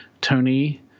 Tony